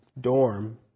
dorm